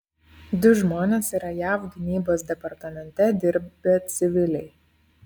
du žmonės yra jav gynybos departamente dirbę civiliai